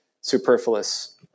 superfluous